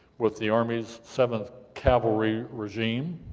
with the army's seventh cavalry regime,